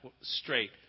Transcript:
straight